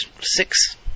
six